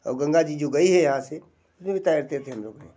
और गंगा जी जो गई है यहाँ से उसमें तैरते थे हम लोग ने